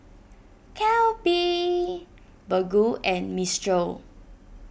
Calbee Baggu and Mistral